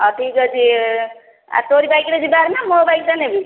ଅ ଠିକ୍ ଅଛି ତୋରି ବାଇକରେ ଯିବା ନା ମୋ ବାଇକ୍ ଟା ନେବି